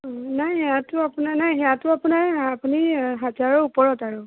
নাই সেয়াটো আপোনাৰে নাই সেয়াটো আপোনাৰে আপুনি হাজাৰৰ ওপৰত আৰু